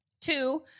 Two